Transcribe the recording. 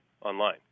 online